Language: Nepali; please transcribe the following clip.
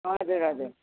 हजुर हजुर